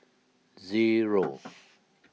zero